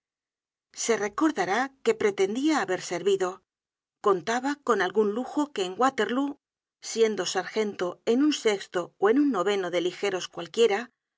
se recordará que pretendia haber servido contaba con algun lujo que en waterlóo siendo sargento en un ó en un de ligeros cualquiera